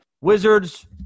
Wizards